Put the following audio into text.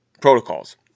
protocols